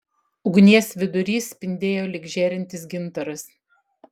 ugnies vidurys spindėjo lyg žėrintis gintaras